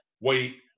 Wait